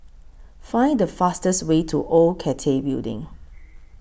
Find The fastest Way to Old Cathay Building